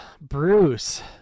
Bruce